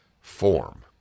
form